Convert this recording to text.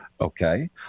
Okay